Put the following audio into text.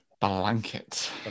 Blanket